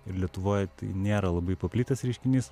ir lietuvoj tai nėra labai paplitęs reiškinys